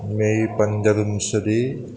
मै पञ्चविंशतिः